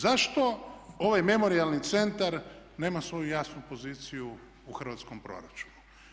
Zašto ovaj memorijalni centar nema svoju jasnu poziciju u Hrvatskom proračunu?